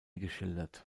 geschildert